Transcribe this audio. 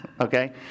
Okay